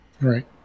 Right